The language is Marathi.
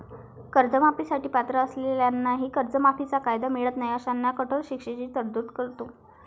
कर्जमाफी साठी पात्र असलेल्यांनाही कर्जमाफीचा कायदा मिळत नाही अशांना कठोर शिक्षेची तरतूद करतो